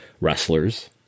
wrestlers